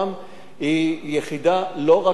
היא יחידה לא רק של שירות בתי-הסוהר,